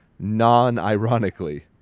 non-ironically